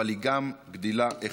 אבל היא גם גדילה איכותית.